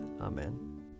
Amen